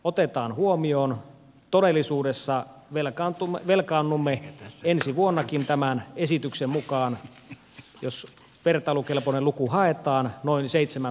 otetaan huomioon todellisuudessa velkaantumatvelkaannumme ensi vuonnakin tämän laskelman mukaan jos vertailukelpoinen luku haetaan noin seitsemän